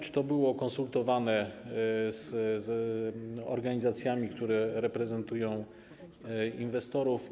Czy to było konsultowane z organizacjami, które reprezentują inwestorów?